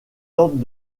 ordres